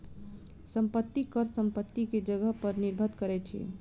संपत्ति कर संपत्ति के जगह पर निर्भर करैत अछि